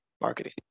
marketing